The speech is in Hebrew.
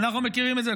אנחנו מכירים את זה,